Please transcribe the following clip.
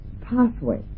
pathway